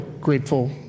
grateful